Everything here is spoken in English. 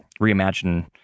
reimagine